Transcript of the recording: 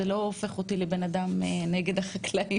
זה לא הופך אותי לבן אדם שהוא נגד החקלאים.